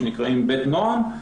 שנקראים בית נועם.